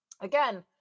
again